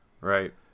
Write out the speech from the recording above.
Right